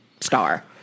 star